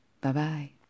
bye-bye